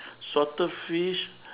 salted fish